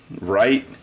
Right